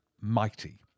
mighty